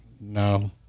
no